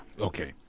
Okay